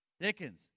Dickens